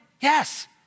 Yes